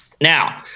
now